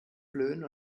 flöhen